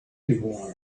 people